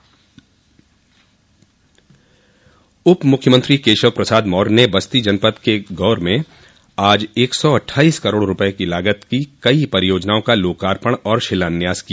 उपमुख्यमंत्री केशव प्रसाद मौर्य ने बस्ती जनपद के गौर में आज एक सौ अट्ठाइस करोड़ रूपय लागत की कई परियोजनाओं का लाकार्पण और शिलान्यास किया